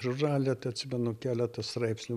žurnale te atsimenu keleta straipsnių